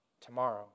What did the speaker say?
tomorrow